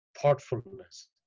thoughtfulness